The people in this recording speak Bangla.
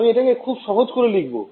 আমি এতাকে খুব সহজকরে লিখব